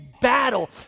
battle